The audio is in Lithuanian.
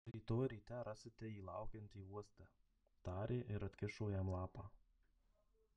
rytoj ryte rasite jį laukiantį uoste tarė ir atkišo jam lapą